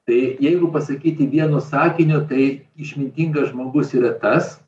tai jeigu pasakyti vienu sakiniu tai išmintingas žmogus yra tas